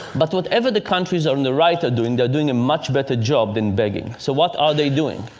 but whatever the countries on the right are doing, they're doing a much better job than begging. so what are they doing?